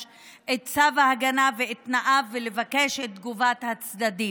את צו ההגנה ואת תנאיו ולבקש את תגובת הצדדים.